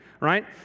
right